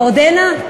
עודנה.